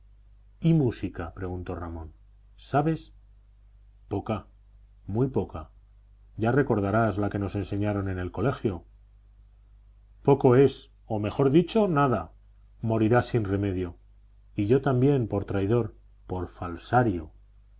y música preguntó ramón sabes poca muy poca ya recordarás la que nos enseñaron en el colegio poco es o mejor dicho nada morirás sin remedio y yo también por traidor por falsario